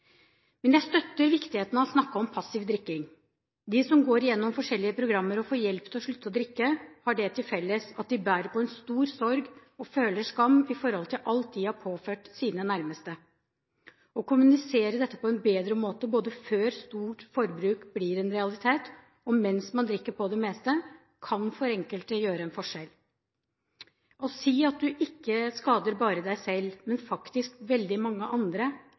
Men jeg støtter viktigheten av å snakke om passiv drikking. De som går gjennom forskjellige programmer og får hjelp til å slutte å drikke, har det til felles at de bærer på en stor sorg og føler skam for alt de har påført sine nærmeste. Å kommunisere dette på en bedre måte, både før stort forbruk blir en realitet og mens man drikker på det meste, kan for enkelte gjøre en forskjell. Å si at du ikke bare skader deg selv, men faktisk veldig mange andre,